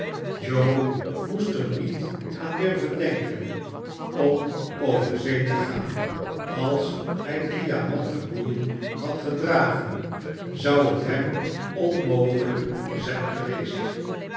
joe moest er niet aan durven denken om over zee te gaan als hij diamanten boeien had gedragen zou het hem onmogelijk zijn geweest